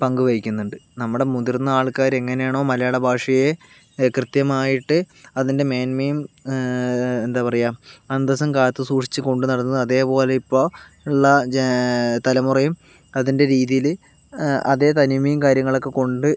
പങ്കുവഹിക്കുന്നുണ്ട് നമ്മുടെ മുതിർന്ന ആൾക്കാർ എങ്ങനെയാണോ മലയാളഭാഷയെ കൃത്യമായിട്ട് അതിൻ്റെ മേന്മയും എന്താ പറയുക അന്തസ്സും കാത്തു സൂക്ഷിച്ച് കൊണ്ട് നടന്നത് അതുപോലെ ഇപ്പോൾ ഉള്ള തലമുറയും അതിൻ്റെ രീതിയിൽ അതേ തനിമയും കാര്യങ്ങളൊക്കെ കൊണ്ട്